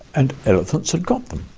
and elephants had got them,